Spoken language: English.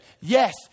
yes